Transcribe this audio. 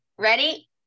Ready